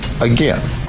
again